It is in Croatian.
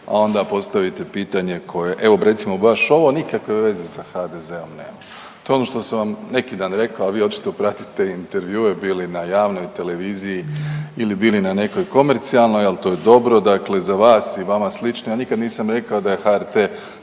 a onda postaviti pitanje koje evo recimo baš ovo nikakve veze sa HDZ-om nema. To je ono što sam vam neki dan rekao, a vi očito pratite intervjue bili na javnoj televiziji ili bili na nekoj komercijalnoj, ali to je dobro, dakle za vas i vama slične ja nikad nisam rekao da je HRT